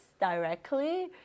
directly